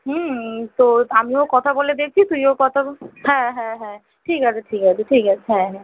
হুম তো আমিও কথা বলে দেখছি তুইও কথা ব হ্যাঁ হ্যাঁ হ্যাঁ ঠিক আছে ঠিক আছে ঠিক আছে হ্যাঁ হ্যাঁ